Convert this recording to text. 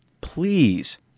please